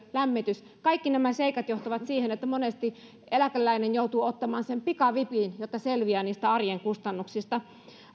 lämmitys kaikki nämä seikat johtavat siihen että monesti eläkeläinen joutuu ottamaan sen pikavipin jotta selviää arjen kustannuksista